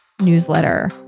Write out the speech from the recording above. newsletter